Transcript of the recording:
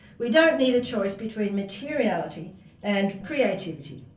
we don't need a choice between materiality and creativity.